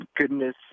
goodness